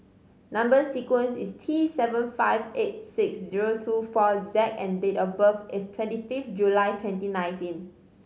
number sequence is T seven five eight six zero two four Z and date of birth is twenty fifth July twenty nineteen